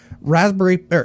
Raspberry